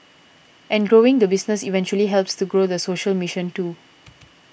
and growing the business eventually helps to grow the social mission too